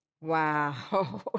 Wow